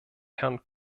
herrn